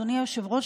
אדוני היושב-ראש,